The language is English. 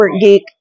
geek